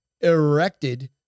erected